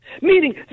Meaning